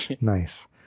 Nice